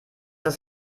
das